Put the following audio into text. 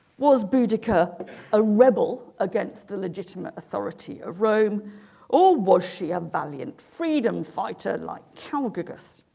was boudicca a rebel against the legitimate authority of rome or was she a valiant freedom fighter like calgis